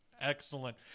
Excellent